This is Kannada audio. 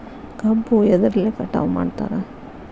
ಕಬ್ಬು ಎದ್ರಲೆ ಕಟಾವು ಮಾಡ್ತಾರ್?